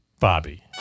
Bobby